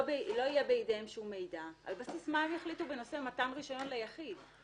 לא יהיה בידיהם כל מידע ועל בסיס מה הם יחליטו בנושא מתן רישיון ליחיד?